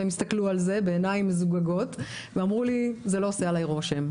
הם הסתכלו על זה בעיניים מזוגגות ואמרו לי: זה לא עושה עלינו רושם.